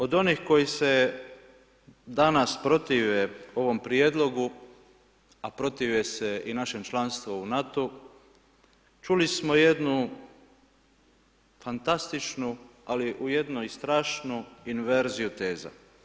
Od onih koji se danas protive ovom prijedlogu, a protive se i našem članstvu u NATO-u, čuli smo jednu fantastičnu ali ujedno i strašnu inverziju teza.